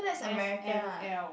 f_m_l